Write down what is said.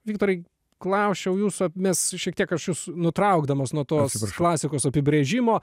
viktorai klausčiau jūsų mes šiek tiek aš jus nutraukdamas nuo tos klasikos apibrėžimo